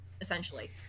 essentially